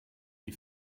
die